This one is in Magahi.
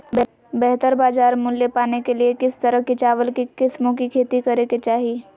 बेहतर बाजार मूल्य पाने के लिए किस तरह की चावल की किस्मों की खेती करे के चाहि?